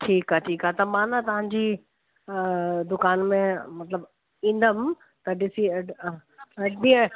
ठीकु आहे ठीकु आहे त मां न तव्हांजी दुकान में मतिलबु ईंदमि त ॾिसी